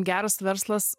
geras verslas